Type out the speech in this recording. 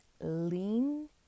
lean